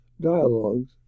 dialogues